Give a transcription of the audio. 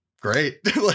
great